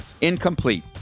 incomplete